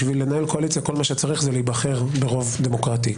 בשביל לנהל קואליציה כל מה שצריך זה להיבחר ברוב דמוקרטי.